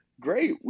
Great